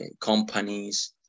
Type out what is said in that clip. companies